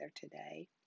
today